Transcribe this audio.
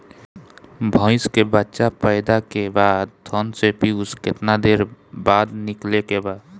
भैंस के बच्चा पैदा के बाद थन से पियूष कितना देर बाद निकले के बा?